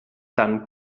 dann